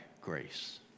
grace